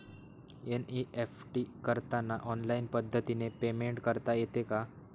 NEFT करताना online पद्धतीने payment करता येते का?